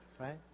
right